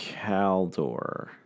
Caldor